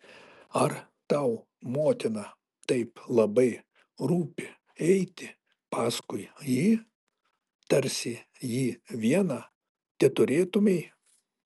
ar tau motina taip labai rūpi eiti paskui jį tarsi jį vieną teturėtumei